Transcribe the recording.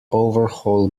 overhaul